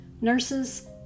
nurses